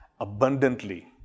abundantly